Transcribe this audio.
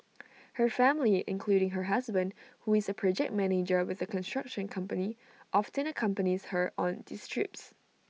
her family including her husband who is A project manager with A construction company often accompanies her on these trips